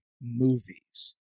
movies